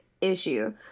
issue